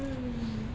mm